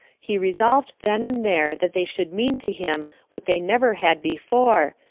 he resolved then and there that they should mean to him what they never had before,